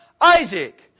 Isaac